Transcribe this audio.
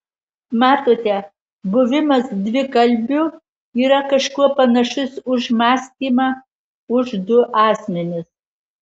matote buvimas dvikalbiu yra kažkuo panašus už mąstymą už du asmenis